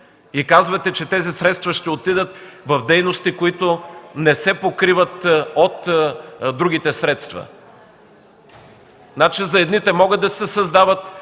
Казвате, че тези средства ще отидат в дейности, които не се покриват от другите средства. Значи за едните могат да се създават